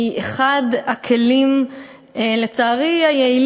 היא אחד הכלים היעילים,